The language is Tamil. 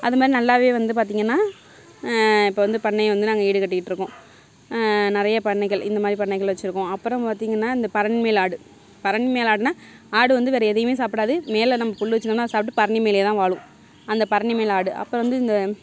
அதுமாதிரி நல்லாவே வந்து பார்த்தீங்கனா இப்போது வந்து பண்ணை வந்து நாங்கள் ஈடுகட்டிக்கிட்டு இருக்கோம் நிறைய பண்ணைகள் இந்தமாதிரி பண்ணைகள் வச்சிருக்கோம் அப்புறம் பார்த்தீங்கனா இந்த பரண் மேல் ஆடு பரண் மேல் ஆடுனால் ஆடு வந்து வேறே எதையுமே சாப்பிடாது மேல் நம்ம புல் வச்சிருந்தோம்னா அதை சாப்பிட்டு பரணி மேலேயே தான் வாழும் அந்த பரணி மேல் ஆடு அப்புறம் வந்து இந்த